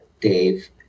Dave